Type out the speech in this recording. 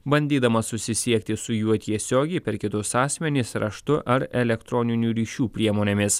bandydamas susisiekti su juo tiesiogiai per kitus asmenis raštu ar elektroninių ryšių priemonėmis